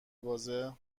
بازه